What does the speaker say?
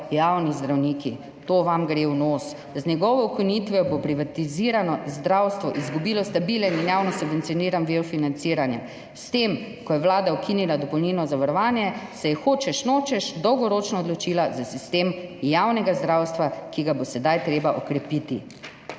javni zdravniki.« To vam gre v nos. »Z njegovo ukinitvijo bo privatizirano zdravstvo izgubilo stabilen in javno subvencioniran vir financiranja. S tem, ko je vlada ukinila dopolnilno zavarovanje, se je hočeš nočeš dolgoročno odločila za sistem javnega zdravstva, ki ga bo sedaj treba okrepiti.«